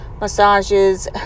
massages